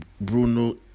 Bruno